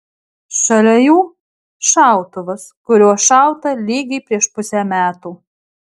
šalia jų šautuvas kuriuo šauta lygiai prieš pusę metų